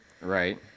Right